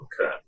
Okay